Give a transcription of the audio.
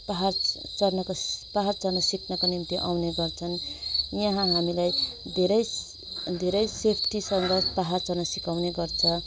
पाहाड चढ्नको पाहाड चढ्न सिक्नको निम्ति आउने गर्छन् यहाँ हामीलाई धेरै धेरै सेफ्टीसँग पाहाड चढ्न सिकाउने गर्छ